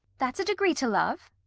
that's a degree to love.